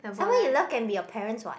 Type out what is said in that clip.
someone you love can be your parents what